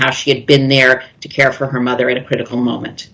how she had been there to care for her mother in a critical moment